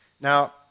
Now